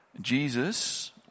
Jesus